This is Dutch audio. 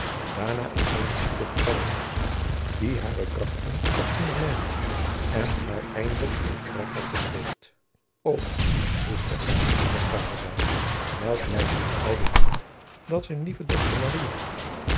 daarna in eene ziekte vervallen was die hare krachten had ondermijnd en haar eindelijk in het graf had gesleept ook voegde er zijn vader bij meld mij mijn oude vriend dat zijne lieve dochter